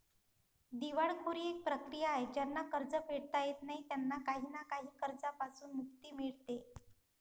दिवाळखोरी एक प्रक्रिया आहे ज्यांना कर्ज फेडता येत नाही त्यांना काही ना काही कर्जांपासून मुक्ती मिडते